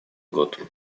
год